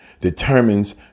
determines